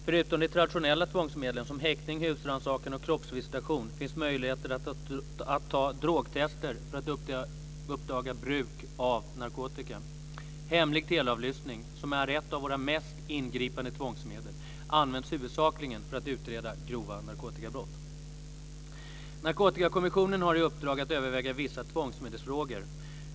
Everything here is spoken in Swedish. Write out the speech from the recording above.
Förutom de traditionella tvångsmedlen som häktning, husrannsakan och kroppsvisitation finns möjlighet att ta drogtester för att uppdaga bruk av narkotika. Hemlig teleavlyssning, som är ett av våra mest ingripande tvångsmedel, används huvudsakligen för att utreda grova narkotikabrott. Narkotikakommissionen har i uppdrag att överväga vissa tvångsmedelsfrågor.